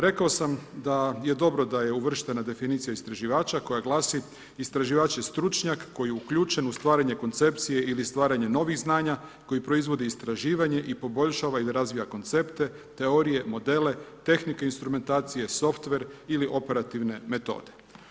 Rekao sam da je dobro da je uvrštena definicija istraživača koja glasi: Istraživač je stručnjak koji je uključen u stvaranje koncepcije ili stvaranje novih znanja koji proizvodi istraživanje i poboljšava ili razvije koncepte, teorije, modele, tehnike instrumentacije, softver ili operativne metode.